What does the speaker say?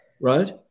right